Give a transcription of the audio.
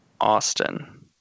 Austin